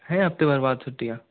है हफ्ते भर बाद छुट्टियाँ